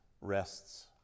rests